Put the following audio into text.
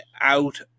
out